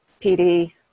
PD